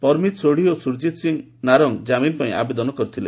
ପରମିତ ସୋଢ଼ି ଓ ସୂରକିତ ସିଂ ନାରଙ୍ଗ ଜାମିନ ପାଇଁ ଆବେଦନ କରିଥିଲେ